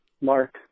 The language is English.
Mark